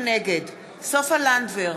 נגד סופה לנדבר,